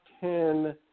ten